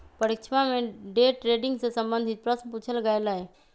परीक्षवा में day trading से संबंधित प्रश्न पूछल गय लय